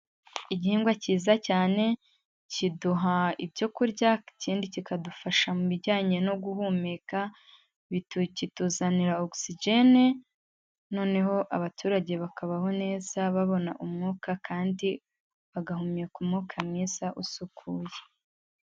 Igihingwa cyiza cyane kiduha ibyo kurya, ikindi kikadufasha mu bijyanye no guhumeka. Kituzanira Oxygen, noneho abaturage bakabaho neza babona umwuka, kandi bagahumeka umwuka mwiza usukuye.